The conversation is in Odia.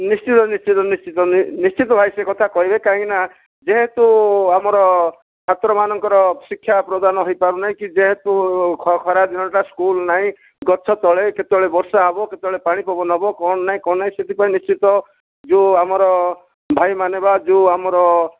ନିଶ୍ଚିତ ନିଶ୍ଚିତ ନିଶ୍ଚିତ ନିଶ୍ଚିତ ଭାଇ ସେ କଥା କହିବେ ଯେହେତୁ ଆମର ଛାତ୍ର ମାନଙ୍କର ଶିକ୍ଷା ପ୍ରଦାନ ହେଇପାରୁ ନାହିଁ କି ଯେହେତୁ ଖରାଦିନ ଟା ସ୍କୁଲ ନାହିଁ ଗଛ ତଳେ କେତେବେଳେ ବର୍ଷା ହେବ କେତେବେଳେ ପାଣିପବନ ହେବ କଣ ନାହିଁ କଣ ନାହିଁ ସେଥିପାଇଁ ନିଶ୍ଚିତ ଯେଉଁ ଆମର ଭାଇମାନେ ବା ଯେଉଁ ଆମର